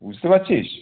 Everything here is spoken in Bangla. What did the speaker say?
বুঝতে পারছিস